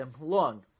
long